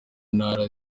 ntara